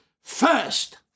first